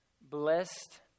Blessed